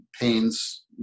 pains